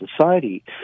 society